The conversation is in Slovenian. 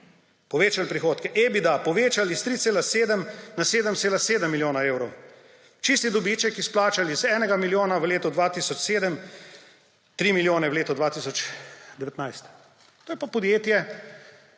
Povečali prihodke. EBITDA povečali s 3,7 na 7,7 milijona evrov. Čisti dobiček izplačali z 1 milijona v letu 2007 na 3 milijone v letu 2019. To je pa podjetje,